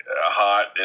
hot